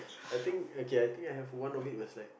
I think okay I think have one of it was like